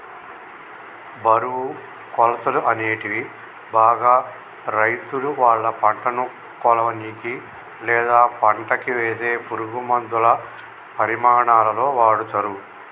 బరువు, కొలతలు, అనేటివి బాగా రైతులువాళ్ళ పంటను కొలవనీకి, లేదా పంటకివేసే పురుగులమందుల పరిమాణాలలో వాడతరు